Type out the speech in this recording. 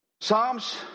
Psalms